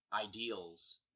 ideals